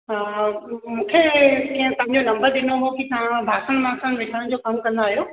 हा मूंखे केरु तव्हांजो नंबर ॾिनो हो की तव्हां बासण वासण विकणनि जो कम कंदा आहियो